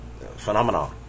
phenomena